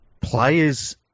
players